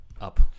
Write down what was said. up